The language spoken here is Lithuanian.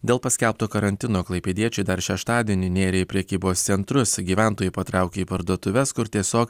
dėl paskelbto karantino klaipėdiečiai dar šeštadienį nėrė į prekybos centrus gyventojai patraukė į parduotuves kur tiesiog